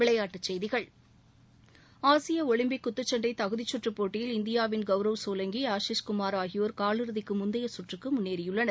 விளையாட்டுச் செய்திகள் ஆசிய ஒலிம்பிக் குத்துச்சண்டை தகுதிச்சுற்று போட்டியில் இந்தியாவின் கவுரவ் சோலங்கி ஆஷிஷ் குமார் ஆகியோர் காலிறுதிக்கு முந்தைய சுற்றுக்கு முன்னேறியுள்ளனர்